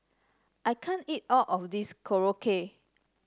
I can't eat all of this Korokke